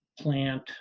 plant